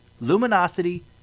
luminosity